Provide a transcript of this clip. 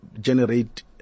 generate